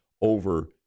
over